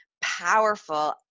powerful